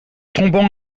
tombant